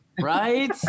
Right